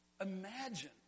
imagine